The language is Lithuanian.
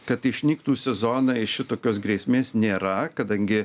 kad išnyktų sezonai šitokios grėsmės nėra kadangi